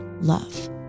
love